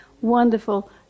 wonderful